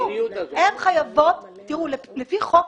לפי חוק,